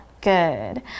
good